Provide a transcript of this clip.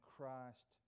Christ